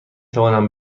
توانم